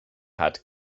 had